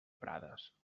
prades